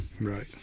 Right